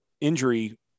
injury